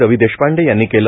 रवी देशपांडे यांनी केले